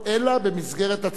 והצמדתן נפסלה.